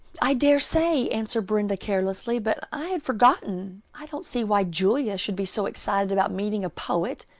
i dare say, answered brenda carelessly, but i had forgotten. i don't see why julia should be so excited about meeting a poet.